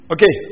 Okay